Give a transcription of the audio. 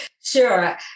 Sure